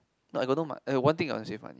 I got no mono I got one thing I want to save money